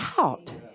out